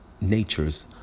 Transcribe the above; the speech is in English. Natures